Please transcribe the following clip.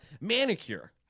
Manicure